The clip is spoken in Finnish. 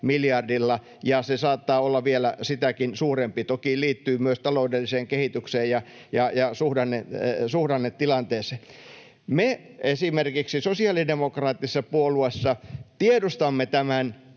miljardilla, ja se saattaa olla vielä sitäkin suurempi — toki liittyy myös taloudelliseen kehitykseen ja suhdannetilanteeseen. Me esimerkiksi sosiaalidemokraattisessa puolueessa tiedostamme tämän